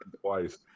twice